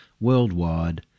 Worldwide